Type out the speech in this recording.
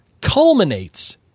culminates